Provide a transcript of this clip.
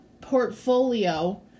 portfolio